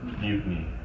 mutiny